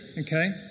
Okay